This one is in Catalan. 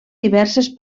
diverses